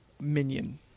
Minion